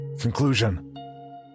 Conclusion